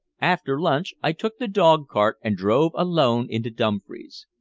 after lunch i took the dog-cart and drove alone into dumfries.